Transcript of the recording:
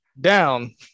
Down